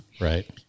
Right